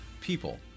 people